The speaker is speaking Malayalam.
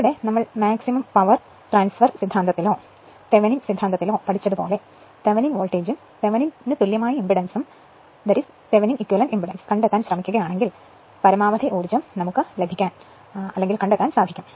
അതിനാൽ നമ്മൾ മാക്സിമം പവർ ട്രാൻസ്ഫർ സിദ്ധാന്തത്തിലോ തെവെനിൻ സിദ്ധാന്തത്തിലോ പഠിച്ചതുപോലെ തെവെനിൻ വോൾട്ടേജും തെവെനിൻ തുല്യമായ ഇംപെഡൻസും കണ്ടെത്താൻ ശ്രമിച്ചാൽ പരമാവധി ഊർജം പിന്നീട് വരും